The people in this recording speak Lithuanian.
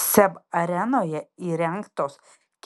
seb arenoje įrengtos